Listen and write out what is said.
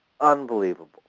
unbelievable